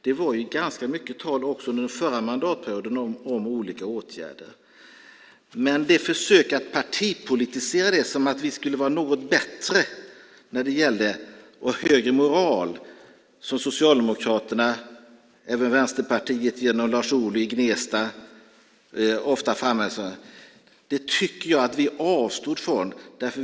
Det var ganska mycket tal också under förra mandatperioden om olika åtgärder, men några försök att partipolitisera det, som om vi skulle vara något bättre och ha högre moral, som Socialdemokraterna och även Vänsterpartiet genom Lars Ohly i Gnesta ofta vill framstå som att de har, tycker jag att vi avstod från.